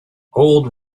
old